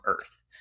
Earth